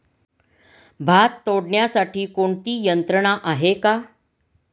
भात तोडण्यासाठी कोणती यंत्रणा आहेत का?